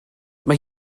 mae